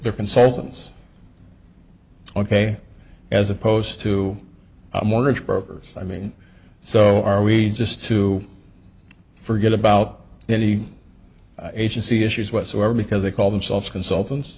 there consultants ok as opposed to mortgage brokers i mean so are we just to forget about any agency issues whatsoever because they call themselves consultant